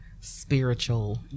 spiritual